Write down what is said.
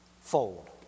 fold